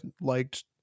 liked